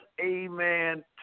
Amen